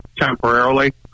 temporarily